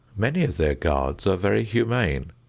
many of their guards are very humane.